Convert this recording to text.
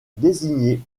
désigné